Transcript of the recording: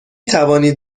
توانید